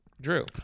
Drew